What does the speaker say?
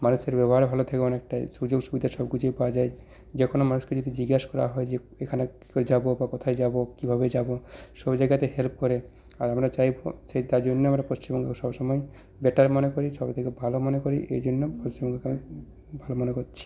মানুষের ব্যবহার ভালো থাকে অনেকটাই সুযোগ সুবিধা সবকিছুই পাওয়া যায় যে কোনো মানুষকে যদি জিজ্ঞেস করা হয় যে এখানে কী করে যাবো বা কোথায় যাবো কীভাবে যাবো সব জায়গাতে হেল্প করে আর আমরা চাইবো যে তারজন্য পশ্চিমবঙ্গ সব সময় বেটার মনে করি সবকিছু ভালো মনে করি এই জন্য পশ্চিমবঙ্গকে আমি ভালো মনে করছি